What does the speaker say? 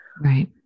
Right